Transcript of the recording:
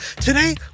Today